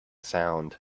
sound